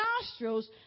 nostrils